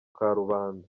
karubanda